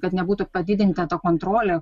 kad nebūtų padidinta ta kontrolė